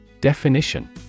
Definition